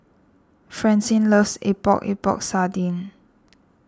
Francine loves Epok Epok Sardin